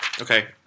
Okay